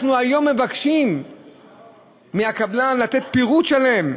אנחנו היום מבקשים מהקבלן לתת פירוט שלם,